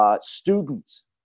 students